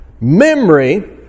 memory